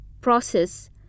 process